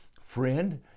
friend